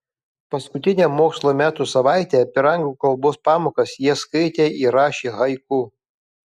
paskutinę mokslo metų savaitę per anglų kalbos pamokas jie skaitė ir rašė haiku